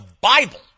Bible